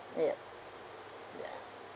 ya ya